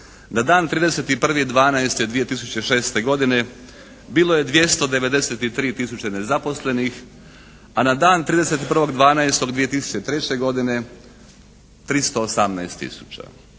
na dan 31.12.2006. godine bilo je 293 tisuće nezaposlenih, a na dan 31.12.2003. godine 318